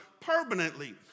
permanently